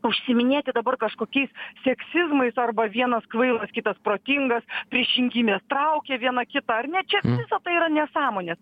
užsiiminėti dabar kažkokiais seksizmais arba vienas kvailas kitas protingas priešingybės traukia viena kitą ar ne čia visa tai yra nesąmonės